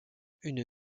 une